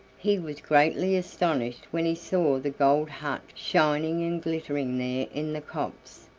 he was greatly astonished when he saw the gold hut shining and glittering there in the copse,